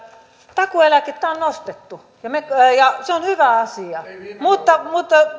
takuueläkettä on nostettu ja se on hyvä asia mutta mutta